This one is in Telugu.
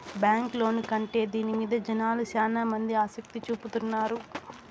బ్యాంక్ లోను కంటే దీని మీద జనాలు శ్యానా మంది ఆసక్తి చూపుతున్నారు